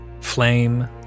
flame